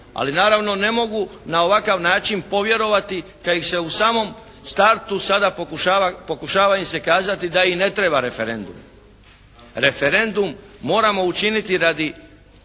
ali naravno ne mogu na ovakav način povjerovati kada ih se u samom startu sada pokušava im se kazati da i ne treba referendum. Referendum moramo učiniti radi,